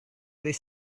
ddydd